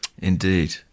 indeed